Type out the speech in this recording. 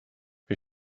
wir